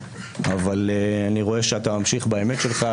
אבל אני רואה שאתה ממשיך באמת שלך,